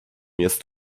jest